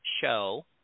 show